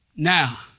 Now